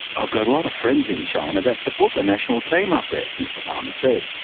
i've got a lot of friends in china that support the national team up there mr palmer said,